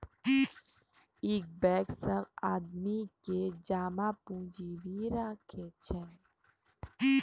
इ बेंक सब आदमी के जमा पुन्जी भी राखै छै